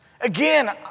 again